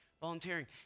volunteering